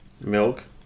Milk